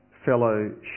fellowship